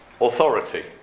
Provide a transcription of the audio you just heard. authority